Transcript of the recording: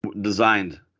designed